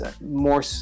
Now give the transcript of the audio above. more